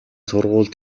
сургууль